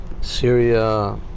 Syria